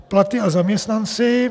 Platy a zaměstnanci.